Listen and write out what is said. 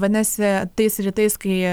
vadinasi tais rytais kai